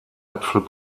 äpfel